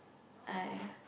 !aiya!